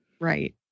Right